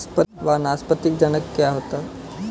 वानस्पतिक जनन क्या होता है?